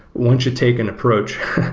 one should take an approach.